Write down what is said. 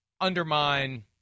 undermine